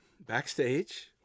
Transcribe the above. backstage